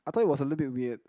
I thought it was little bit weird